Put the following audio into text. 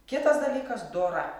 kitas dalykas dora